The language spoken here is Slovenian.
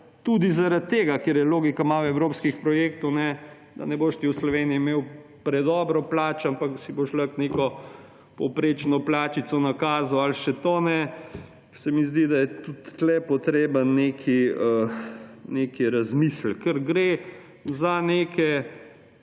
tudi zaradi tega, ker je logika: malo evropskih projektov, da ne boš ti v Sloveniji imel predobre plače, ampak da si boš lahko neko povprečno plačico nakazal ali še to ne. Zdi se mi, da je tudi tukaj potreben nek razmislek, ker gre za neke